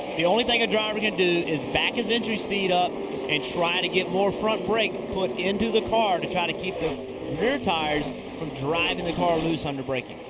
the only thing a driver can do is back his entry speed up and try to get more front brake into the car to try to keep the rear tires from driving the car loose under braking.